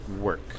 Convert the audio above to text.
work